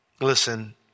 listen